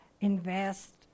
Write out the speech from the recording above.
invest